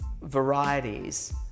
varieties